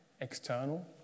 external